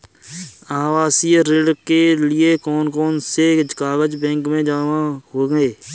आवासीय ऋण के लिए कौन कौन से कागज बैंक में जमा होंगे?